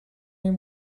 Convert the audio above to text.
این